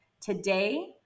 Today